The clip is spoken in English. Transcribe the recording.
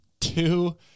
two